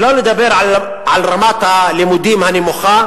שלא לדבר על רמת הלימודים הנמוכה,